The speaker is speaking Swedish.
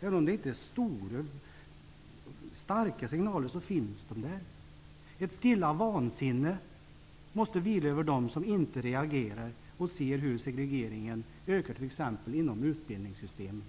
Även om det inte är starka signaler finns de där. Ett stilla vansinne måste vila över dem som inte reagerar och inte ser hur segregeringen i dag ökar inom t.ex. utbildningssystemet.